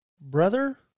brother